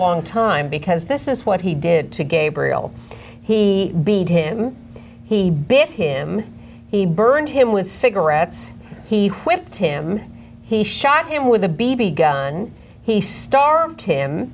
long time because this is what he did to gabriel he beat him he bit him he burned him with cigarettes he whipped him he shot him with a b b gun he starved him